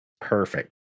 Perfect